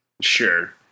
Sure